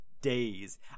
Days